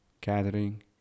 gathering